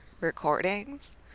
recordings